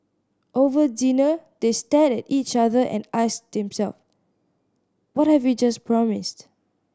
over dinner they stared at each other and asked themselves what have we just promised